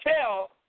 tell